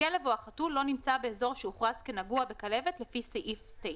הכלב או החתול לא נמצא באזור שהוכרז כנגוע בכלבת לפי סעיף 9,